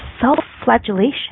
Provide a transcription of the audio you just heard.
self-flagellation